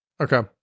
Okay